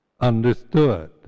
understood